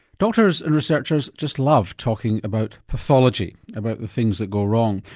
doctors and researchers just love talking about pathology, about the things that go wrong,